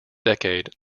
decade